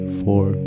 four